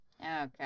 okay